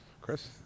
Chris